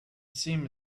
seam